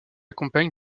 compagne